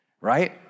right